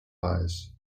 eyes